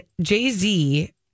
Jay-Z